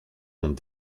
ont